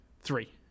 three